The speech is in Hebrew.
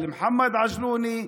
של מוחמד אל-עג'לוני,